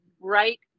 right